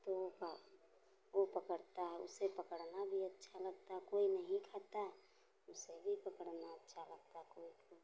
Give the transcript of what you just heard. तो वो खा वो पकड़ता है उससे पकड़ना भी अच्छा लगता कोई नहीं खाता है उसे भी पकड़ना अच्छा लगता तो उसे